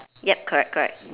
yup correct correct